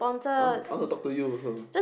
I I want to talk to you also